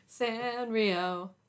Sanrio